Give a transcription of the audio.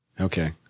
Okay